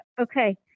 okay